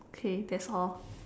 okay that's all